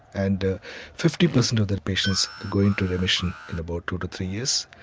and fifty percent of the patients go into remission in about two to three years,